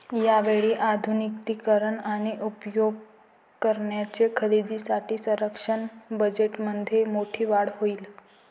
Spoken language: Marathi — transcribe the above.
यावेळी आधुनिकीकरण आणि उपकरणांच्या खरेदीसाठी संरक्षण बजेटमध्ये मोठी वाढ होईल